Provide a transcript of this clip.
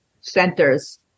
centers